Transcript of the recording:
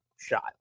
shot